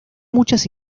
muchas